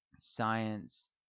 science